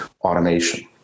automation